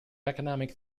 economic